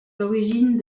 l’origine